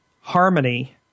harmony